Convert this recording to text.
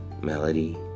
Melody